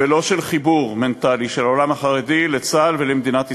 ולא של חיבור מנטלי של העולם החרדי לצה"ל ולמדינת ישראל.